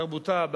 בתרבותה,